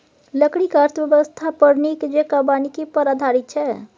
लकड़ीक अर्थव्यवस्था नीक जेंका वानिकी पर आधारित छै